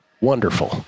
Wonderful